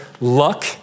luck